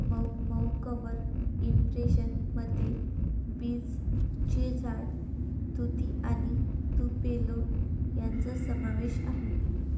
मऊ cover impression मध्ये बीचचे झाड, तुती आणि तुपेलो यांचा समावेश आहे